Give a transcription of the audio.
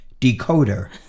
decoder